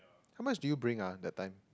how much do you bring ah that time